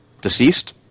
deceased